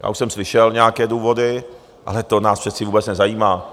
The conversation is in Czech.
Už jsem slyšel nějaké důvody, ale to nás přece vůbec nezajímá.